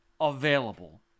available